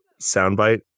soundbite